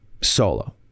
solo